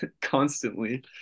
constantly